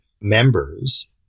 members